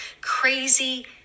crazy